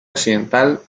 occidental